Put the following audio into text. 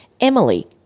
Emily